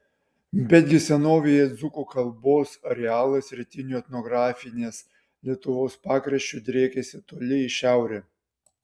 betgi senovėje dzūkų kalbos arealas rytiniu etnografinės lietuvos pakraščiu driekėsi toli į šiaurę